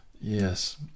Yes